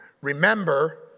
Remember